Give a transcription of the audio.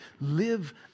live